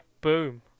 Boom